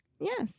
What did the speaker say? Yes